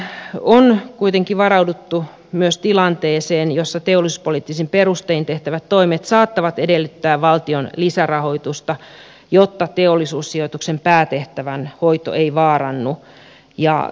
esityksessä on kuitenkin varauduttu myös tilanteeseen jossa teollisuuspoliittisin perustein tehtävät toimet saattavat edellyttää valtion lisärahoitusta jotta teollisuussijoituksen päätehtävän hoito ei vaarannu